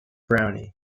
brownie